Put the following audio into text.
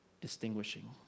distinguishing